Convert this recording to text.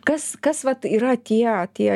kas kas vat yra tie tie